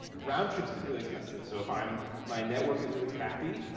roundtrips get really expensive, so if i'm. my network is really crappy,